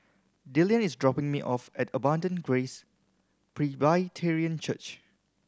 Dillan is dropping me off at Abundant Grace Presbyterian Church